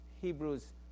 Hebrews